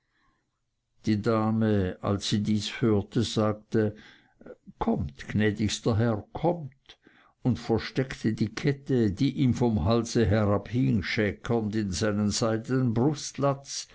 die dame als sie dies hörte sagte kommt gnädigster herr kommt und versteckte die kette die ihm vom halse herabhing schäkernd in seinen seidenen brustlatz